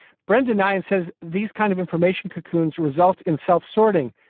brendan nyhan says these kinds of information cocoons results in self sorting,